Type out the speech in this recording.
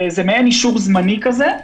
וזה מעין אישור זמני כזה,